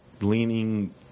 leaning